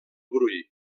brull